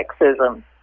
sexism